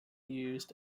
used